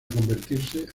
convertirse